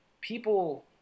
people